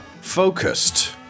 focused